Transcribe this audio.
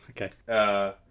okay